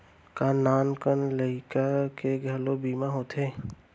का नान कन लइका के घलो बीमा होथे?